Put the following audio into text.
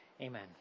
Amen